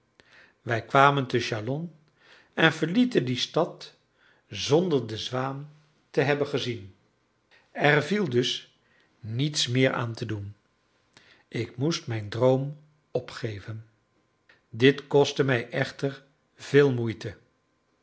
wij kwamen te chalon en verlieten die stad zonder de zwaan te hebben gezien er viel dus niets meer aan te doen ik moest mijn droom opgeven dit kostte mij echter veel moeite